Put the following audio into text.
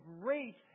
great